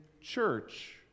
church